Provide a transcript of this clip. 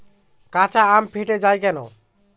কাঁচা আম ফেটে য়ায় কেন?